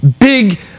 big